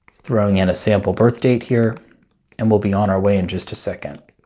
throwing in a sample birth date here and we'll be on our way in just a second